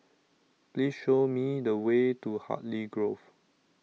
Please Show Me The Way to Hartley Grove